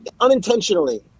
unintentionally